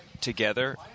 together